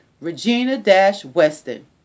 Regina-Weston